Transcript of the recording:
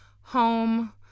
home